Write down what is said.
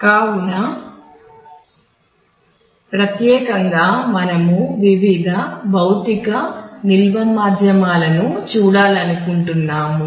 కావున ప్రత్యేకంగా మనము వివిధ భౌతిక నిల్వ మాధ్యమాలను చూడాలనుకుంటున్నాము